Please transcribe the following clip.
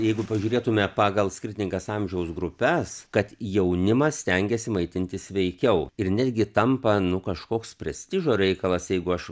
jeigu pažiūrėtume pagal skirtingas amžiaus grupes kad jaunimas stengiasi maitintis sveikiau ir netgi tampa nu kažkoks prestižo reikalas jeigu aš